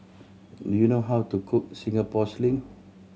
do you know how to cook Singapore Sling